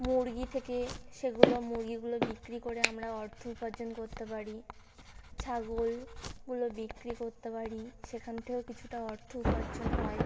মুরগি থেকে সেগুলো মুরগিগুলো বিক্রি করে আমরা অর্থ উপার্জন করতে পারি ছাগলগুলো বিক্রি করতে পারি সেখান থেকেও কিছুটা অর্থ উপার্জন হয়